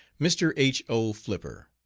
mr. h. o. flipper.